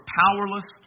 powerless